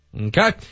Okay